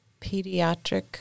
pediatric